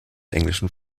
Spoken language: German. englischen